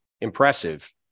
impressive